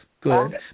good